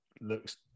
looks